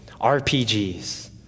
RPGs